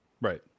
Right